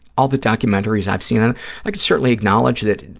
all the documentaries i've seen, and i can certainly acknowledge that,